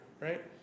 right